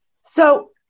So-